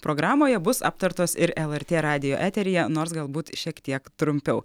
programoje bus aptartos ir lrt radijo eteryje nors galbūt šiek tiek trumpiau